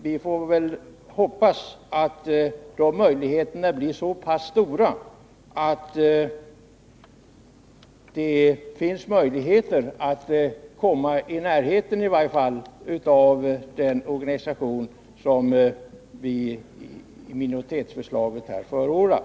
Vi får väl hoppas att de möjligheterna blir så pass stora att man kan komma i närheten av den organisation som minoriteten förordar.